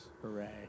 Hooray